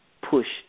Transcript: pushed